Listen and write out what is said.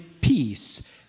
peace